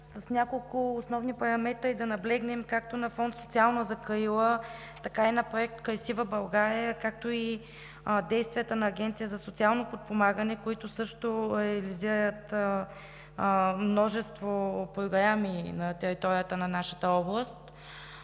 с няколко основни параметри да наблегнем както на фонд „Социална закрила“, така и на Проект „Красива България“, както и на действията на Агенцията за социално подпомагане, които също реализират множество програми на територията на нашата област,